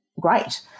great